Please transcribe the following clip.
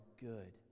good